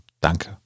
Danke